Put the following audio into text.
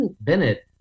Bennett